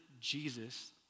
Jesus